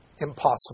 impossible